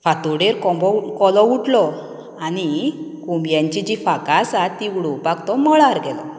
फातोडेर कोंबो कोलो उठलो आनी कोंबयांचीं जीं फाकां आसा तीं उडोवपाक तो मळार गेलो